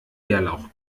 bärlauch